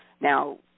Now